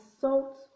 salt